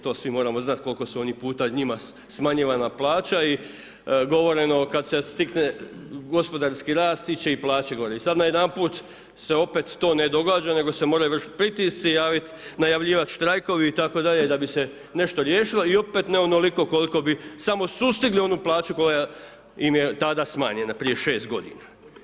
To svi moramo znati kol'ko su oni puta, njima smanjivana plaća i govoreno kad se stigne gospodarski rast, ići će i plaće gore, i sad najedanput se opet to ne događa, nego se moraju vršiti pritisci, najavljivat štrajkovi i tako dalje, da bi se nešto riješilo i opet ne onoliko koliko bi samo sustigli onu plaću koja im je tada smanjena, prije 6 godina.